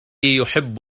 يحب